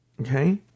okay